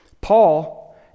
Paul